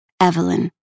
Evelyn